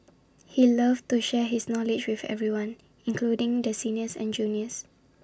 he loved to share his knowledge with everyone including the seniors and juniors